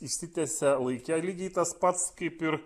išsitęsia laike lygiai tas pats kaip ir